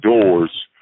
doors